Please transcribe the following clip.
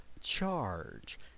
charge